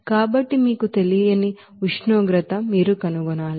కాబట్టి మీకు తెలియని ఉష్ణోగ్రత మీరు కనుగొనాలి